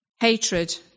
Hatred